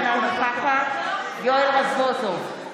אינה נוכחת יואל רזבוזוב,